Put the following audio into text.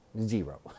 zero